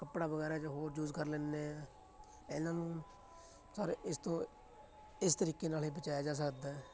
ਕੱਪੜਾ ਵਗੈਰਾ ਜਾਂ ਹੋਰ ਯੂਜ਼ ਕਰ ਲੈਂਦੇ ਹੈ ਇਹਨਾਂ ਨੂੰ ਸਰ ਇਸ ਤੋਂ ਇਸ ਤਰੀਕੇ ਨਾਲ ਇਹ ਬਚਾਇਆ ਜਾ ਸਕਦਾ ਹੈ